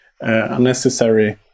unnecessary